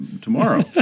tomorrow